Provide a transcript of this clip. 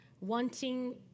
wanting